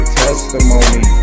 testimony